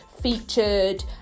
featured